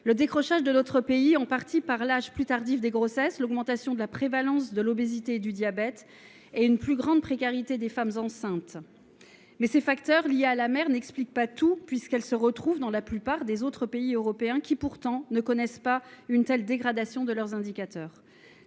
Le décrochage de notre pays s’explique pour partie par l’âge plus tardif des grossesses, par l’augmentation de la prévalence de l’obésité et du diabète, ainsi que par une plus grande précarité des femmes enceintes. Néanmoins, ces facteurs liés à la mère n’expliquent pas tout : on les observe dans la plupart des autres pays européens, qui pourtant ne connaissent pas une telle dégradation de leurs indicateurs.